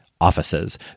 offices